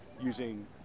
using